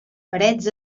parets